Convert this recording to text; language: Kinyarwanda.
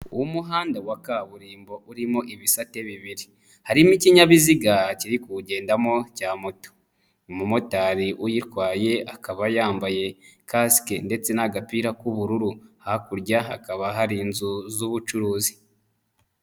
Umuhanda wa kaburimbo urimo ibisate bibiri. Harimo ikinyabiziga akiri kuwugendamo cya moto. Umu motari uyitwaye akaba yambaye kasike ndetse n'agapira k'ubururu, hakurya hakaba hari inzu z'ubucuruzi.